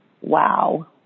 Wow